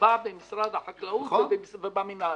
שנקבע במשרד החקלאות ובמינהל.